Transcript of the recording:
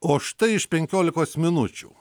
o štai iš penkiolikos minučių